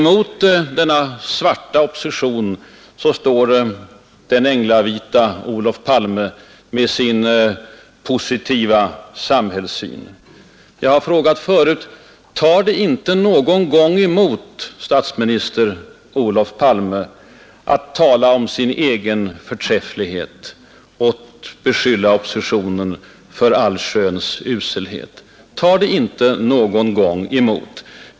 Mot den svarta oppositionen står den änglavita Olof Palme med sin positiva samhällssyn. Jag har frågat förut: Tar det inte någon gång emot, statsminister Olof Palme, att alltid tala om sin egen förträfflighet och beskylla oppositionen för allsköns uselhet? Tar det inte någon gång emot?